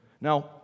Now